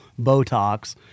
Botox